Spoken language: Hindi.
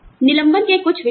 निलंबन के कुछ विकल्प